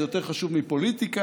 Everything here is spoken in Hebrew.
זה יותר חשוב מפוליטיקה,